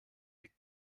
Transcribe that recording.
liegt